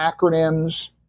acronyms